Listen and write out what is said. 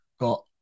got